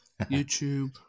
YouTube